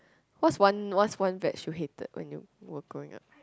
what's one what's one veg you hated when you were growing up